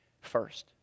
first